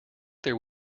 there